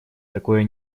такое